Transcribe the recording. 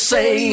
Say